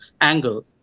angle